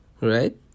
right